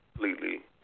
completely